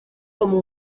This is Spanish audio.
como